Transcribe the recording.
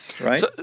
Right